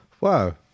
Wow